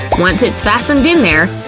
once it's fastened in there,